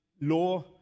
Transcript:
law